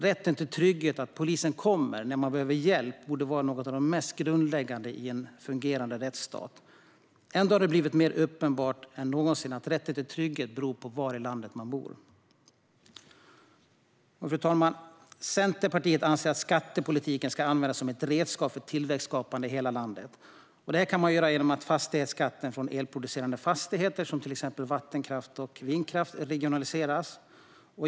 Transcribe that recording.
Rätten till trygghet och att polisen kommer när man behöver hjälp borde vara något av det mest grundläggande i en fungerande rättsstat. Ändå har det blivit mer uppenbart än någonsin att rätten till trygghet beror på var i landet man bor. Fru talman! Centerpartiet anser att skattepolitiken ska användas som redskap för tillväxtskapande i hela landet. Detta kan göras genom att fastighetsskatten från elproducerande fastigheter, till exempel vattenkraft och vindkraft, regionaliseras.